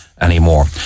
anymore